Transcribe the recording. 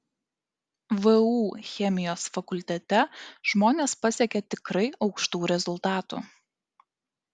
vu chemijos fakultete žmonės pasiekė tikrai aukštų rezultatų